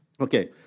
Okay